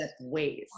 ways